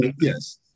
yes